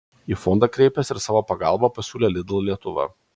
į fondą kreipėsi ir savo pagalbą pasiūlė lidl lietuva